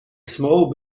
small